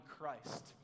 Christ